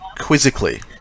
quizzically